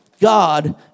God